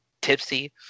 tipsy